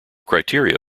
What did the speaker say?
criteria